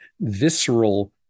visceral